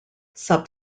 sub